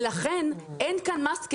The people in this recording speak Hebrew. לכן אין כאן must carry.